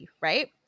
right